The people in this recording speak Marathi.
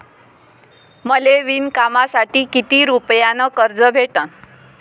मले विणकामासाठी किती रुपयानं कर्ज भेटन?